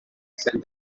said